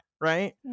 right